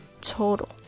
total